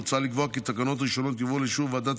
מוצע לקבוע כי תקנות ראשונות יובאו לאישור ועדת